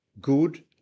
good